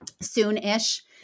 soon-ish